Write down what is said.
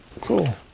Cool